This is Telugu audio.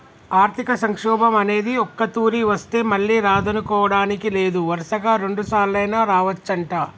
ఆర్థిక సంక్షోభం అనేది ఒక్కతూరి వస్తే మళ్ళీ రాదనుకోడానికి లేదు వరుసగా రెండుసార్లైనా రావచ్చంట